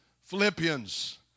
Philippians